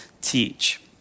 teach